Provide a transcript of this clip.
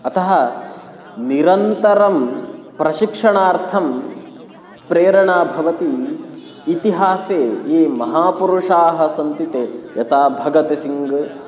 अतः निरन्तरं प्रशिक्षणार्थं प्रेरणा भवन्ति इतिहासे ये महापुरुषाः सन्ति ते यथा भगतसिङ्ग्